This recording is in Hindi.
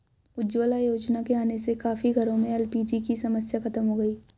उज्ज्वला योजना के आने से काफी घरों में एल.पी.जी की समस्या खत्म हो गई